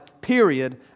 period